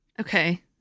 Okay